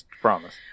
promise